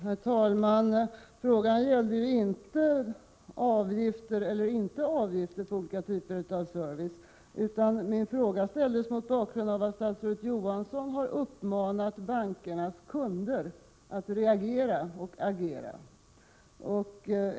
Herr talman! Frågan gällde ju inte avgifter eller inte avgifter för olika typer av service, utan min fråga ställdes mot bakgrund av att statsrådet Johansson har uppmanat bankernas kunder att reagera och agera.